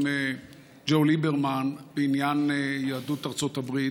ג'ו ליברמן בעניין יהדות ארצות הברית,